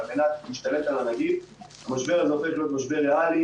שהמשבר יותר עמוק ככה זה גורם לקריסת יותר ויותר חברות,